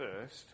first